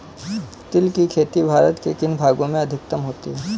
तिल की खेती भारत के किन भागों में अधिकतम होती है?